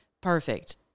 Perfect